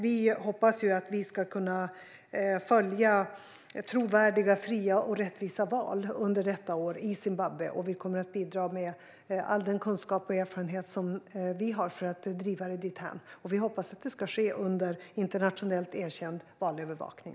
Vi hoppas att vi ska kunna följa trovärdiga, fria och rättvisa val i Zimbabwe under detta år. Vi kommer att bidra med all den kunskap och erfarenhet som vi har för att driva det dithän, och vi hoppas att det ska ske under internationellt erkänd valövervakning.